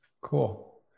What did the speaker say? cool